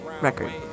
record